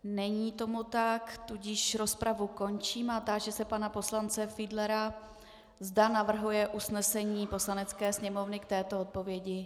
Není tomu tak, tudíž rozpravu končím a táži se pana poslance Fiedlera, zda navrhuje usnesení Poslanecké sněmovny k této odpovědi.